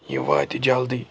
یہِ واتہِ جلدی